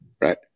right